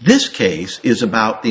this case is about the